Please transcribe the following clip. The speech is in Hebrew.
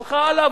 הלך עליו,